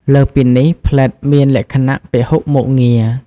លើសពីនេះ ផ្លិតមានលក្ខណៈ ពហុមុខងារ។